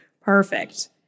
perfect